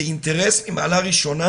זה אינטרס ממעלה ראשונה,